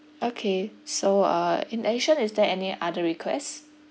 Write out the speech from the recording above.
okay so uh in addition is there any other requests